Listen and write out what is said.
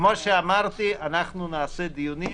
כמו שאמרתי אנחנו נעשה דיונים